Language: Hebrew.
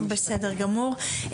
בסדר גמור.